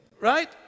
Right